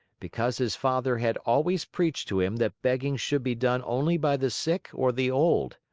because his father had always preached to him that begging should be done only by the sick or the old.